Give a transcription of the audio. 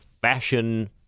fashion